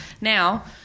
Now